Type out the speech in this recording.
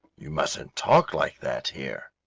you mustn't talk like that here,